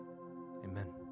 Amen